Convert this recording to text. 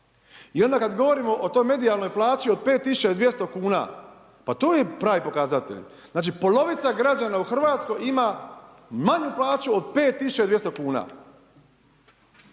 I onda kad govorimo o toj medijalnoj plaći od 5200 kuna, pa to je pravi pokazatelj. Znači polovica građana u Hrvatskoj ima manju plaću od 5200 kuna.